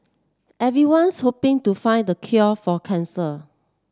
everyone's hoping to find the cure for cancer